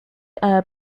air